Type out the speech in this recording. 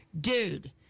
dude